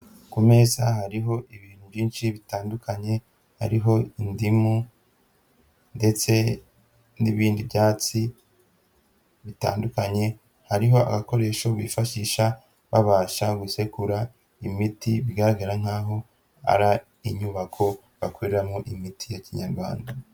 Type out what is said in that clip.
Ku meza hariho ibintu byinshi bitandukanye hariho indimu ndetse n 'ibindi byatsi bitandukanye hariho agakoresho bifashisha babasha gusekura imiti bigaragara nk'aho ari inyubako bakoreramo imiti ya kinyarwanda.